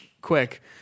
quick